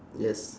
yes